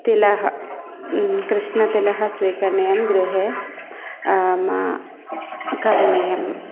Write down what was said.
तिलाः कृष्णतिलः स्वीकरणीयं गृहे मा करणीयम्